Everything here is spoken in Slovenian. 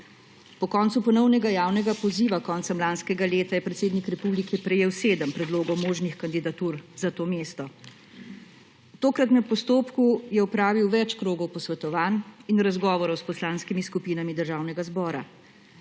Po koncu ponovnega javnega poziva koncem lanskega leta je predsednik republike prejel sedem predlogov možnih kandidatur za to mesto. V tokratnem postopku je opravil več krogov posvetovanj in razgovorov s poslanskimi skupinami Državnega zbora.